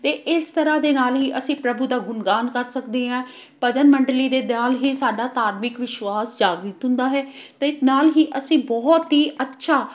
ਅਤੇ ਇਸ ਤਰ੍ਹਾਂ ਦੇ ਨਾਲ ਹੀ ਅਸੀਂ ਪ੍ਰਭੂ ਦਾ ਗੁਣਗਾਨ ਕਰ ਸਕਦੇ ਐਂ ਭਜਨ ਮੰਡਲੀ ਦੇ ਦਿਆਲ ਹੀ ਸਾਡਾ ਧਾਰਮਿਕ ਵਿਸ਼ਵਾਸ ਜਾਗ੍ਰਿਤ ਹੁੰਦਾ ਹੈ ਅਤੇ ਨਾਲ ਹੀ ਅਸੀਂ ਬਹੁਤ ਹੀ ਅੱਛਾ